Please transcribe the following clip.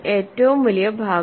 ഏറ്റവും വലിയ ഭാഗം